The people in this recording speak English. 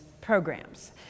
programs